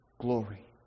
glory